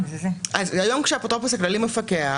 כשהאפוטרופוס הכללי מפקח,